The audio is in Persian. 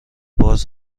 باز